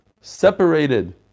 separated